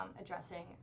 addressing